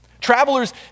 Travelers